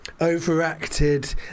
overacted